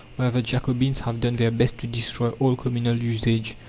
where the jacobins have done their best to destroy all communal usage.